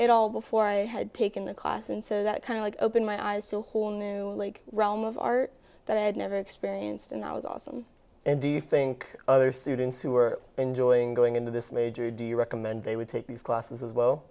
it all before i had taken a class and so that kind of like opened my eyes to a whole new realm of art that i had never experienced and that was awesome and do you think other students who are enjoying going into this major do you recommend they would take these classes as well